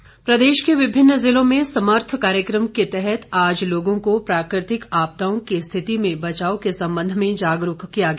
अभियान प्रदेश के विमिन्न जिलों में समर्थ अभियान के तहत आज लोगों को प्राकृतिक आपदाओं की स्थिति में बचाव के संबंध में जागरूक किया गया